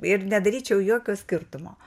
ir nedaryčiau jokio skirtumo